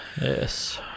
Yes